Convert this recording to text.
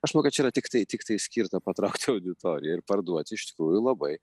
aš manau kad čia yra tiktai tiktai skirta patraukti auditoriją ir parduoti iš tikrųjų labai